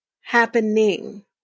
happening